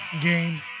game